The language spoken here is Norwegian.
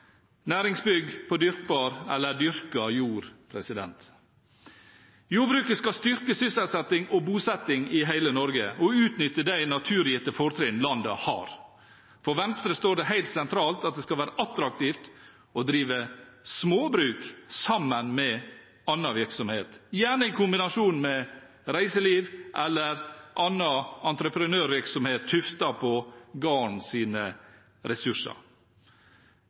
næringsbygg på dyrkbar eller dyrket jord. Jordbruket skal styrke sysselsetting og bosetting i hele Norge og utnytte de naturgitte fortrinn landet har. For Venstre står det helt sentralt at det skal være attraktivt å drive småbruk sammen med annen virksomhet, gjerne i kombinasjon med reiseliv eller annen entreprenørvirksomhet tuftet på gardens ressurser.